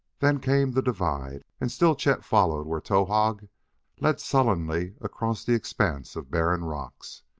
then came the divide, and still chet followed where towahg led sullenly across the expanse of barren rocks.